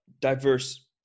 diverse